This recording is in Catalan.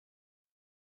ràdio